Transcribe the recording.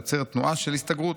יוצרת תנועת נגד של הסתגרות.